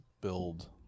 build